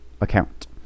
account